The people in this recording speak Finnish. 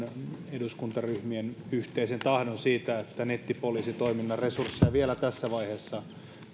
eduskuntaryhmien yhteisen tahdon siitä että nettipoliisitoiminnan resursseja vielä tässä vaiheessa